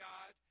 God